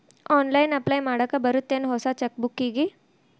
online apply ಮಾಡಾಕ್ ಬರತ್ತೇನ್ ಹೊಸ ಚೆಕ್ ಬುಕ್ಕಿಗಿ